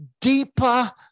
deeper